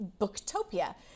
booktopia